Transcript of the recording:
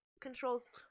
controls